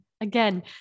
Again